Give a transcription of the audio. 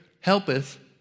helpeth